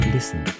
Listen